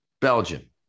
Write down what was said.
Belgium